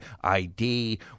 ID